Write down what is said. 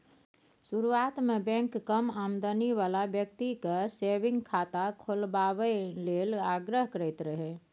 शुरुआत मे बैंक कम आमदनी बला बेकती केँ सेबिंग खाता खोलबाबए लेल आग्रह करैत रहय